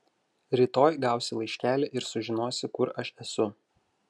rytoj gausi laiškelį ir sužinosi kur aš esu